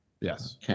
Yes